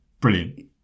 Brilliant